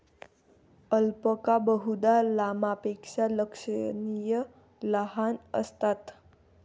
alpaca बहुधा लामापेक्षा लक्षणीय लहान असतात